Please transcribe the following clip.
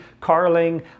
Carling